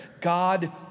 God